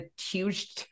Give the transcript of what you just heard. huge